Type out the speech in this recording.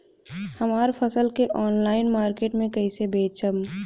हमार फसल के ऑनलाइन मार्केट मे कैसे बेचम?